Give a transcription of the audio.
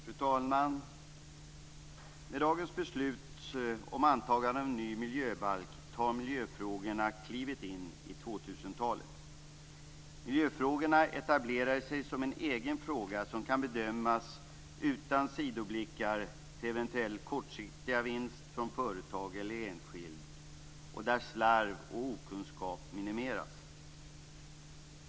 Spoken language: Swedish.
Fru talman! Med dagens beslut om antagande av ny miljöbalk tar miljöfrågorna klivet in i 2000-talet. Miljöfrågorna etablerar sig som en egen fråga som kan bedömas utan sidoblickar på eventuella kortsiktiga vinster för företag eller enskild. Slarv och okunskap skall minimeras.